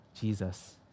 Jesus